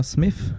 Smith